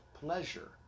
pleasure